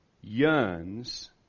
yearns